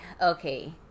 okay